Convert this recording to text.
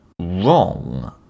wrong